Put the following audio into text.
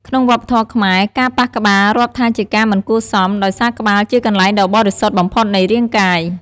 ក្នុងវប្បធម៌ខ្មែរ ការប៉ះក្បាលរាប់ថាជាការមិនគួរសម ដោយសារក្បាលជាកន្លែងដ៏បរិសុទ្ធបំផុតនៃរាងកាយ។